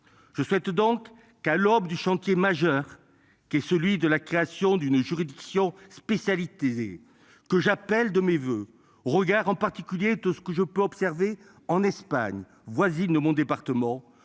Je souhaite donc qu'à l'aube du chantier majeur qui est celui de la création d'une juridiction spécialité. Que j'appelle de mes voeux regard en particulier tout ce que je peux observer en Espagne voisine, mon département,